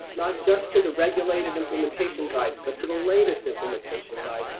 not just to the regulated implementation guides, but to the latest implementation. guys,